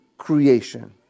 creation